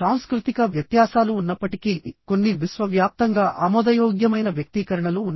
సాంస్కృతిక వ్యత్యాసాలు ఉన్నప్పటికీకొన్ని విశ్వవ్యాప్తంగా ఆమోదయోగ్యమైన వ్యక్తీకరణలు ఉన్నాయి